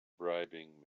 bribing